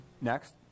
Next